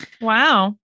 Wow